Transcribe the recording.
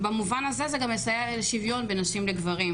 במובן הזה זה גם יסייע לשוויון בין נשים לגברים,